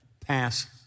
pass